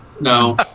No